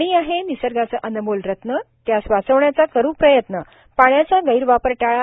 पाणी आहे निसर्गाचे अनमोल रत्न त्यास वाचवण्याचा करू प्रयत्न पाण्याचा गैरवापर टाळा